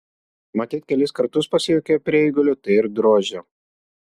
matyt kelis kartus pasijuokė prie eigulio tai ir drožė